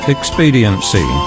Expediency